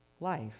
life